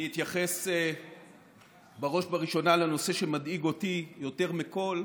אתייחס בראש ובראשונה לנושא שמדאיג אותי יותר מכול,